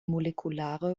molekulare